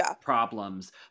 problems